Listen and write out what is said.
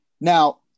Now